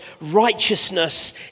righteousness